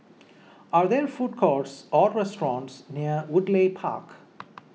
are there food courts or restaurants near Woodleigh Park